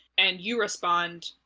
and you respond,